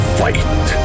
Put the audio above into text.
fight